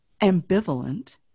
ambivalent